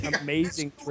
amazing